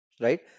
Right